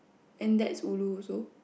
and that's ulu also